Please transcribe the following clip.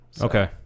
Okay